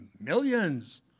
millions